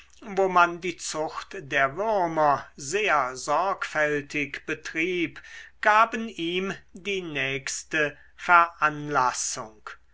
wo man die zucht der würmer sehr sorgfältig betrieb gaben ihm die nächste veranlassung